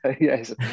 yes